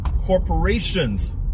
corporations